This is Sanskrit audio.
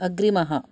अग्रिमः